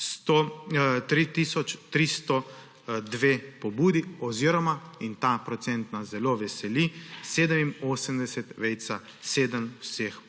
3 tisoč 302 pobudi oziroma – in ta procent nas zelo veseli – 87,7